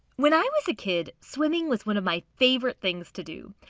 when i was a kid, swimming was one of my favorite things to do.